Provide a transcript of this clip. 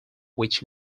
which